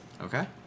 Okay